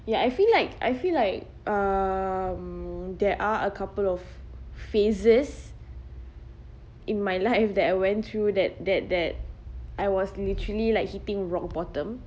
ya I feel like I feel like um there are a couple of phases in my life that I went through that that that I was literally like hitting rock bottom